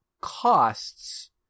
costs